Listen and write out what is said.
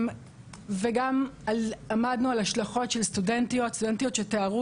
גם עמדנו על השלכות של סטודנטיות שתיארו